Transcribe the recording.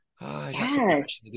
Yes